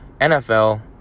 NFL